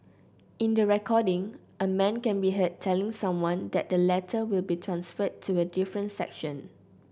in the recording a man can be heard telling someone that the latter will be transferred to a different section